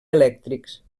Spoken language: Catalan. elèctrics